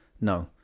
no